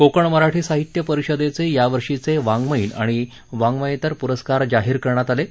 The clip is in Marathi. कोकण मराठी साहित्य परिषदेचे यावर्षीचे वाङ्वयीन आणि वाङ्वयेतर पुरस्कार जाहीर करण्यात आले आहेत